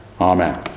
Amen